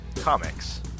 Comics